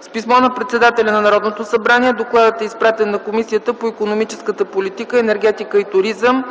С писмо на председателя на Народното събрание докладът е изпратен на Комисията по икономическата политика, енергетика и туризъм,